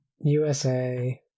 USA